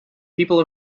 people